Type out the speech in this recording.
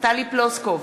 טלי פלוסקוב,